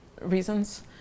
reasons